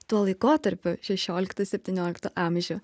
tuo laikotarpiu šešioliktu septynioliktu amžiu